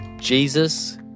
Jesus